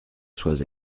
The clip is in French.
sois